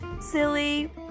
silly